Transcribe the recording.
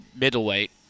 middleweight